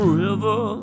river